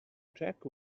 check